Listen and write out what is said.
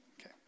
okay